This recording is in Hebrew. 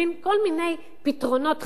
כל מיני פתרונות חאפ-לאפ,